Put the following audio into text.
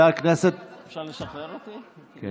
בן אדם גם רוצה להיות פה וגם בוועדת הכספים.